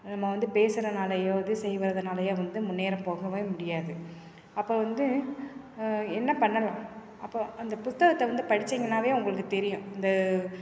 நம்ம வந்து பேசுறதுனாலயோ இது செய்வதுனாலேயோ வந்து முன்னேற போகவே முடியாது அப்போது வந்து என்ன பண்ணலாம் அப்போது அந்த புத்தகத்தை வந்து படித்திங்கனாவே உங்களுக்குத் தெரியும் இந்த